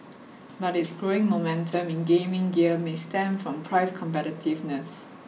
but its growing momentum in gaming gear may stem from price competitiveness